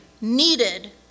Needed